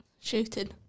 shooting